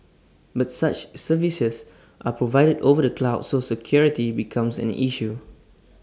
but such services are provided over the cloud so security becomes an issue